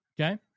Okay